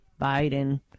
Biden